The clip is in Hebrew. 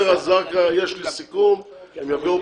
שג'סר אל-זרקא,